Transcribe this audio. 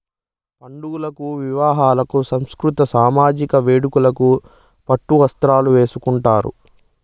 పండుగలకు వివాహాలకు సాంస్కృతిక సామజిక వేడుకలకు పట్టు వస్త్రాలు వేసుకుంటారు